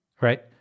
right